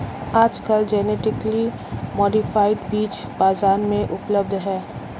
आजकल genetically modified बीज बाजार में उपलब्ध है